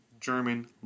German